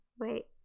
Wait